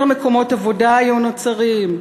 יותר מקומות עבודה היו נוצרים,